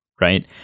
Right